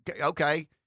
okay